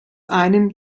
einem